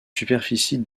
superficie